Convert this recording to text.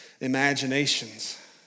imaginations